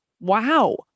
wow